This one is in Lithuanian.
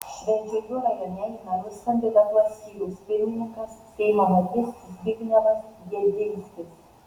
švenčionių rajone į merus kandidatuos skyriaus pirmininkas seimo narys zbignevas jedinskis